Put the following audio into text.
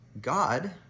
God